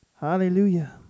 Hallelujah